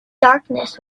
darkness